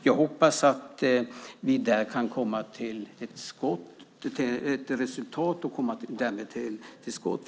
Jag hoppas att vi där kan komma till ett resultat och därmed komma till skott.